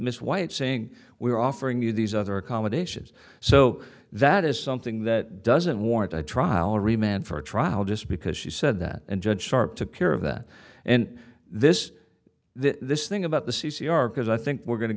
miss white saying we are offering you these other accommodations so that is something that doesn't warrant a trial remained for trial just because she said that and judge sharp took care of that and this this thing about the c c r because i think we're going to